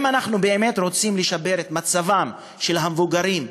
אם אנחנו באמת רוצים לשפר את מצבם של המבוגרים,